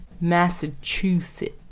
Massachusetts